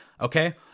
okay